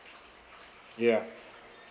ya